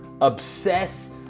obsess